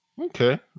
Okay